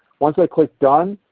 once i click done,